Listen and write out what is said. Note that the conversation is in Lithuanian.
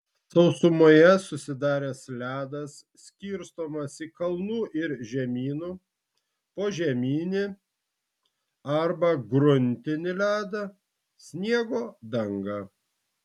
sausumoje susidaręs ledas skirstomas į kalnų ir žemynų požeminį arba gruntinį ledą sniego dangą